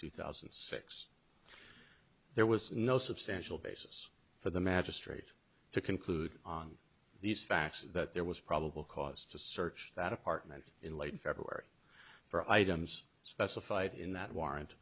two thousand and six there was no substantial basis for the magistrate to conclude on these facts that there was probable cause to search that apartment in late february for items specified in that warrant